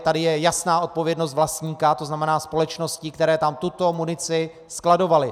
Tady je jasná odpovědnost vlastníka, to znamená společností, které tam tuto munici skladovaly.